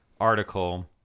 article